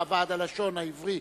ועד הלשון העברית